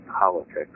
politics